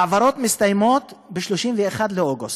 ההעברות מסתיימות ב-31 באוגוסט,